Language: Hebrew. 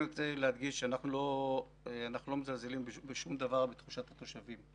אני רוצה להדגיש שאנחנו לא מזלזלים בשום דבר בתחושת התושבים.